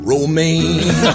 Romaine